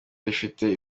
rifite